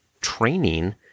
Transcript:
training